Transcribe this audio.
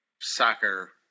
soccer